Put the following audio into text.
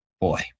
boy